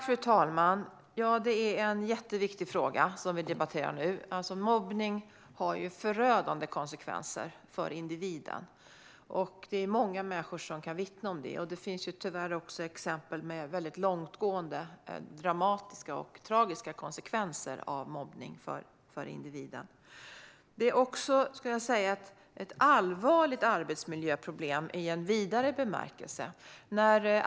Fru talman! Det är en jätteviktig fråga vi debatterar. Mobbning har förödande konsekvenser för individen. Det är många människor som kan vittna om det, och det finns tyvärr även exempel med för individen väldigt långtgående, dramatiska och tragiska konsekvenser av mobbning. Jag skulle också säga att det är ett allvarligt arbetsmiljöproblem i en vidare bemärkelse.